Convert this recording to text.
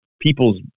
people's